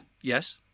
Yes